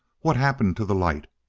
what's happened to the light?